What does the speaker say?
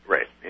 Right